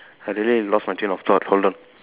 suddenly I lost my train of thought hold on